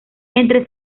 entre